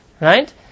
Right